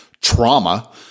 trauma